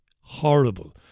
horrible